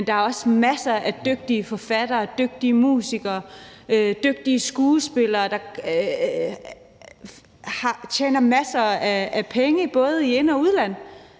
Men der er også masser af dygtige forfattere, dygtige musikere, dygtige skuespillere, der tjener masser af penge, både i ind- og udland,